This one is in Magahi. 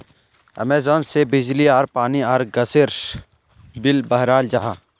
अमेज़न पे से बिजली आर पानी आर गसेर बिल बहराल जाहा